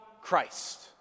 Christ